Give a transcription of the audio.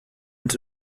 und